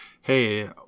hey